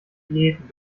diäten